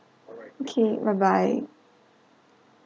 okay bye bye